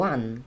One